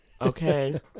okay